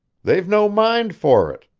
they've no mind for it.